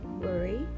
worry